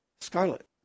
Scarlet